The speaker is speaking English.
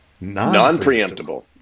Non-preemptible